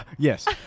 Yes